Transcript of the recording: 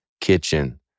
kitchen